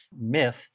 myth